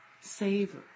savor